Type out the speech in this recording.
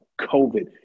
COVID